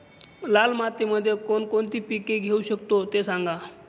लाल मातीमध्ये कोणकोणती पिके घेऊ शकतो, ते सांगा